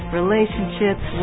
relationships